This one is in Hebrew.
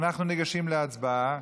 אנחנו ניגשים להצבעה.